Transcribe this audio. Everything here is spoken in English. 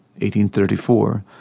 1834